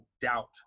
doubt